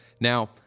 Now